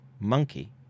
monkey